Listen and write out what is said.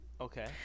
Okay